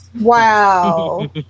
Wow